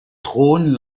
trône